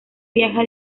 viaja